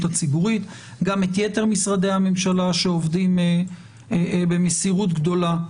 הציבורית וגם את יתר משרדי הממשלה שעובדים במסירות גדולה,